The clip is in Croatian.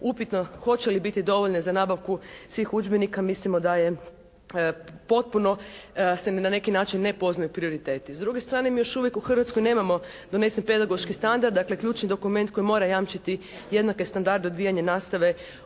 upitno hoće li biti dovoljne za nabavku svih udžbenika mislimo da je potpuno se na neki način ne poznaju prioriteti. S druge strane mi još uvijek u Hrvatskoj nemamo donesen pedagoški standard, dakle ključni dokument koji mora jamčiti jednake standarde odvijanja nastave u cijeloj